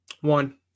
One